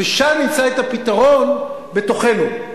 ושם נמצא את הפתרון, בתוכנו.